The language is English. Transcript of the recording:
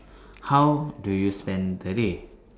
how do you spend the day